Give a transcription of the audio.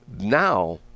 now